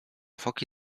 foki